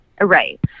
Right